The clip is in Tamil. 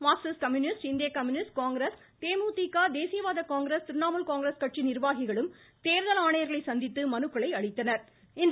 மார்க்சிஸ்ட் கம்யூனிஸ்ட் இந்திய கம்யூனிஸ்ட் காங்கிரஸ் தேமுதிக தேசியவாத காங்கிரஸ் திரிணாமுல் காங்கிரஸ் கட்சி நிர்வாகிகளும் தேர்தல் ஆணையா்களை சந்தித்து மனுக்களை அளித்தனா்